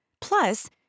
Plus